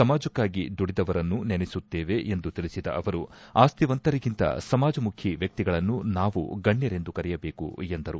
ಸಮಾಜಕ್ಕಾಗಿ ದುಡಿದವರನ್ನು ನೆನೆಸುತ್ತೇವೆ ಎಂದು ತಿಳಿಸಿದ ಅವರು ಆಸ್ತಿವಂತರಿಗಿಂತ ಸಮಾಜ ಮುಖಿ ವ್ಯಕ್ತಿಗಳನ್ನು ನಾವು ಗಣ್ಣರೆಂದು ಕರೆಯಬೇಕು ಎಂದರು